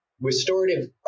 restorative